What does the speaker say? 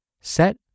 set